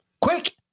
quick